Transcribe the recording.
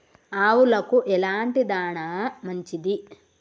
ఆవులకు ఎలాంటి దాణా మంచిది?